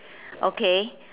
okay